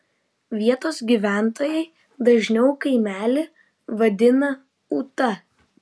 vietos gyventojai dažniau kaimelį vadino ūta